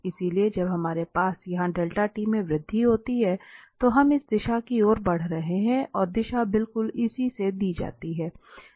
इसलिए जब हमारे पास यहां में वृद्धि होती है तो हम इस दिशा की ओर बढ़ रहे हैं और दिशा बिल्कुल इसी से दी जाती है